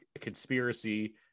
conspiracy